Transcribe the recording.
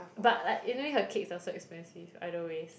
but like anyway her cakes are so expensive either ways